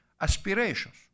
aspirations